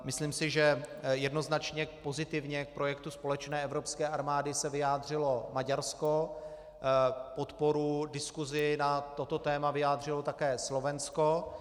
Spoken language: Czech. Myslím si, že jednoznačně pozitivně k projektu společné evropské armády se vyjádřilo Maďarsko, podporu diskusi na toto téma vyjádřilo také Slovensko.